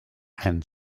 and